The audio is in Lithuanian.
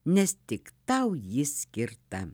nes tik tau ji skirta